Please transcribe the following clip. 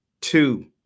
Two